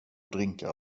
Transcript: drinkar